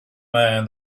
mind